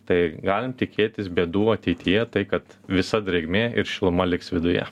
tai galim tikėtis bėdų ateityje tai kad visa drėgmė ir šiluma liks viduje